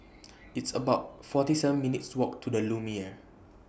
It's about forty seven minutes' Walk to The Lumiere